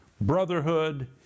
brotherhood